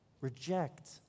reject